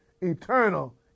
eternal